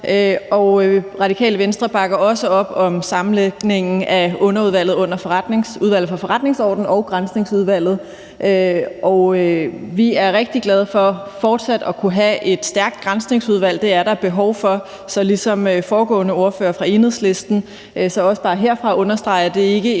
Radikale Venstre bakker også op om sammenlægningen af Underudvalget under Udvalget for Forretningsordenen og Granskningsudvalget, og vi er rigtig glade for fortsat at kunne have et stærkt Granskningsudvalg. Det er der behov for. Så ligesom den foregående ordfører fra Enhedslisten vil jeg også bare herfra understrege, at det ikke er